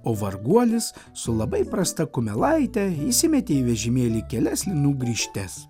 o varguolis su labai prasta kumelaite įsimetė į vežimėlį kelias linų grįžtes